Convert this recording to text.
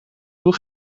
hoe